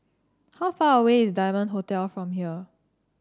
how far away is Diamond Hotel from here